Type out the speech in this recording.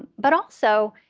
but, also,